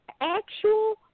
actual